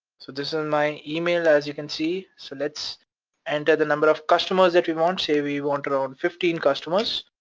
so this is my email as you can see. so let's enter the number of customers that we want. say we want it on fifteen customers,